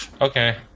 Okay